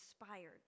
inspired